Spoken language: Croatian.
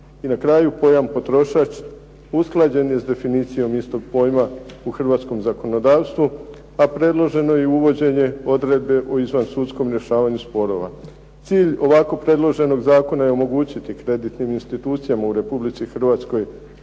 I na kraju pojam potrošač usklađen je s definicijom istog pojma u hrvatskom zakonodavstvu, a predloženo je i uvođenje odredbe o izvansudskom rješavanju sporova. Cilj ovako predloženog zakona je omogućiti kreditnim institucijama u RH poslanje